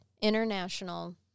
international